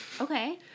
Okay